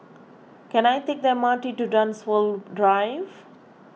can I take the M R T to Dunsfold Drive